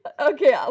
Okay